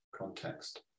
context